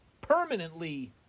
permanently